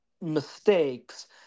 Mistakes